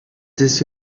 this